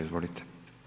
Izvolite.